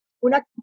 una